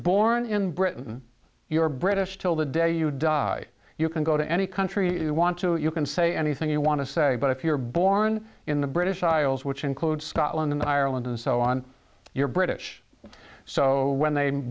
born in britain you're british till the day you die you can go to any country you want to you can say anything you want to say but if you're born in the british isles which include scotland and ireland and so on you're british so when they